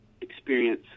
experience